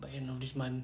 by end of this month